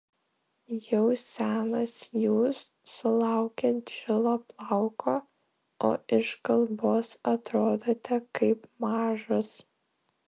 jau senas jūs sulaukėt žilo plauko o iš kalbos atrodote kaip mažas